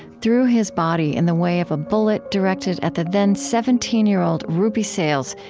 threw his body in the way of a bullet directed at the then seventeen year old ruby sales,